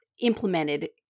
implemented